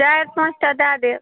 चारि पाँस टा दए देब